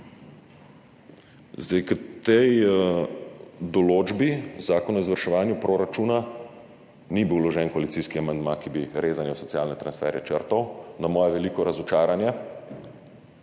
K tej določbi Zakona o izvrševanju proračuna ni bil vložen koalicijski amandma, ki bi rezanje v socialne transferje črtal, na moje veliko razočaranje.